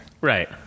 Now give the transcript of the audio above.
Right